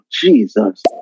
Jesus